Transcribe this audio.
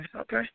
Okay